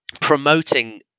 promoting